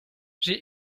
j’ai